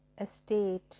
estate